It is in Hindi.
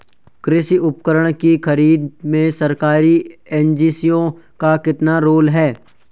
कृषि उपकरण की खरीद में सरकारी एजेंसियों का कितना रोल है?